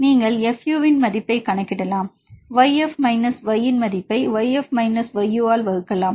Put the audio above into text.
நீங்கள் fU இன் மதிப்பைக் கணக்கிடலாம் yF மைனஸ் y இன் மதிப்பை yF மைனஸ் YU ஆல் வகுக்கலாம்